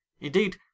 Indeed